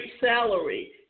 salary